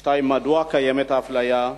2. מדוע קיימת אפליה?